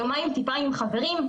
יומיים טיפה עם חברים,